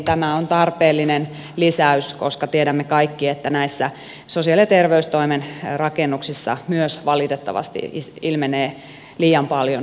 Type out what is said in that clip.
tämä on tarpeellinen lisäys koska tiedämme kaikki että myös näissä sosiaali ja terveystoimen rakennuksissa valitettavasti ilmenee liian paljon kosteusongelmia